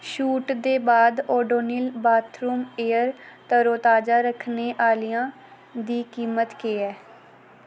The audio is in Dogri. छूट दे बाद ओडोनिल बाथरूम एयर तरोताजा रक्खने आह्लियां दी कीमत केह् ऐ